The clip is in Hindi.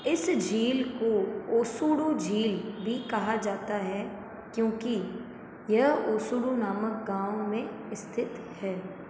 इस झील को ओसुडू झील भी कहा जाता है क्योंकि यह ओसुडू नामक गाँव में स्थित है